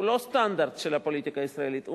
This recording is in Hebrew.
הוא לא סטנדרט של הפוליטיקה הישראלית,